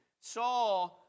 Saw